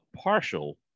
partial